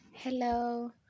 hello